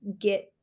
get